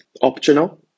optional